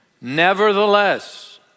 Nevertheless